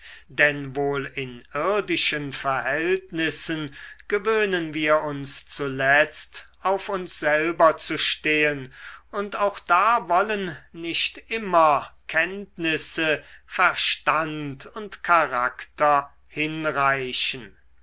denn wohl in irdischen verhältnissen gewöhnen wir uns zuletzt auf uns selber zu stehen und auch da wollen nicht immer kenntnisse verstand und charakter hinreichen